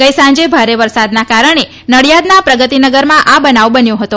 ગઈ સાંજે ભારે વરસાદના કારણે નડીયાદના પ્રગતિનગરમાં આ બનાવ બન્યો હતો